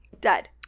Dead